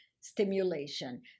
stimulation